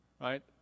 right